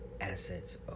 Assets